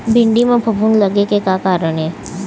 भिंडी म फफूंद लगे के का कारण ये?